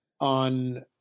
on